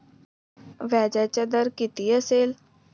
व्याजाचा दर किती असेल?